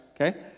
Okay